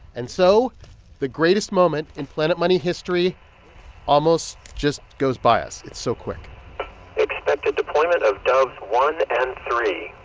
and so the greatest moment in planet money history almost just goes by us. it's so quick expected deployment of dove one and three